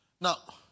Now